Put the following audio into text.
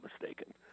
mistaken